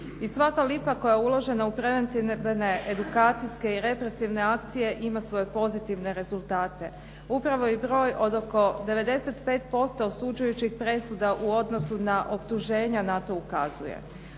I svaka lipa koja je uložena u preventivne, edukacijske i represivne akcije ima svoje pozitivne rezultate. Upravo i broj od oko 95% osuđujućih presuda u odnosu na optuženja na to ukazuje.